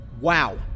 Wow